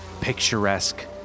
picturesque